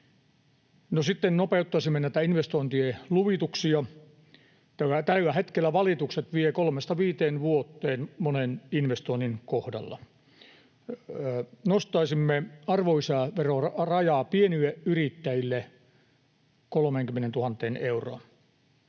sitten nopeuttaisimme näitä investointien luvituksia. Tällä hetkellä valitukset vievät kolmesta viiteen vuoteen monen investoinnin kohdalla. Nostaisimme arvonlisäveron rajaa pienille yrittäjille 30 000 euroon.